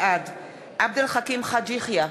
בעד עבד אל חכים חאג' יחיא,